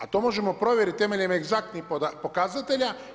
A to možemo provjeriti temeljem egzaktnih pokazatelja.